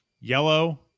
yellow